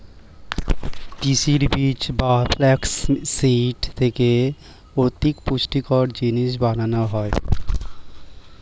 তিসির বীজ বা ফ্লাক্স সিড থেকে অধিক পুষ্টিকর জিনিস বানানো হয়